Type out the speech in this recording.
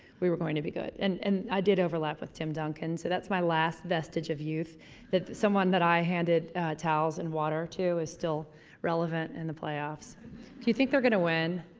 we were going to be good and and i did overlap with tim duncan so that's my last vestage of youth that someone that i handed towels and water to is still relevant in the playoffs do you think they're going to win?